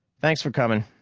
thanks for coming,